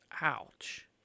Ouch